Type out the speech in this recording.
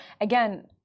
Again